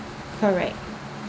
correct